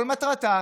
כל מטרתה